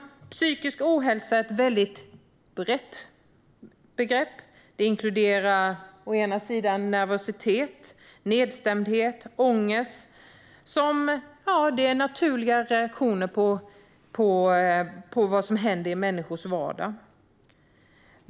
Psykisk ohälsa är ett väldigt brett begrepp. Det inkluderar nervositet, nedstämdhet och ångest, som är naturliga reaktioner på vad som händer i människors vardag.